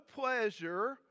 pleasure